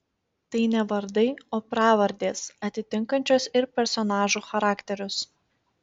tai ne vardai o pravardės atitinkančios ir personažų charakterius